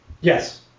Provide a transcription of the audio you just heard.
yes